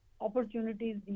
opportunities